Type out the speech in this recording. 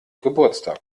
geburtstag